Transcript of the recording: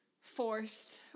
forced